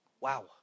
Wow